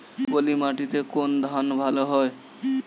পলিমাটিতে কোন ধান ভালো হয়?